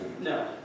No